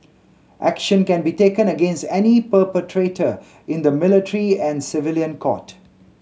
action can be taken against any perpetrator in the military and civilian court